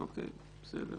בסדר.